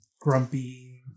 Grumpy